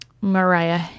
Mariah